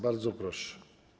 Bardzo proszę.